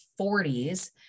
40s